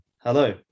hello